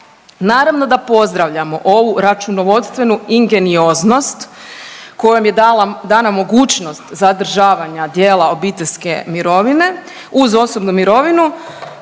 Naravno da pozdravljamo ovu računovodstvenu ingenioznost kojom je dana mogućnost zadržavanja dijela obiteljske mirovine uz osobnu mirovinu,